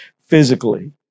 physically